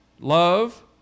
love